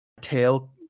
Tail